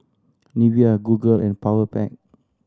Nivea Google and Powerpac